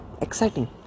exciting